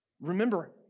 Remember